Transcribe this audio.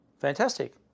Fantastic